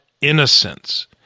innocence